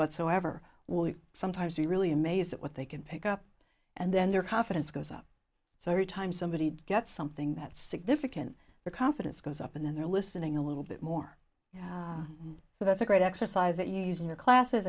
whatsoever will sometimes be really amazed at what they can pick up and then their confidence goes up so every time somebody gets something that's significant the confidence goes up and then they're listening a little bit more so that's a great exercise that using your classes